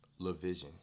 LeVision